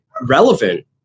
relevant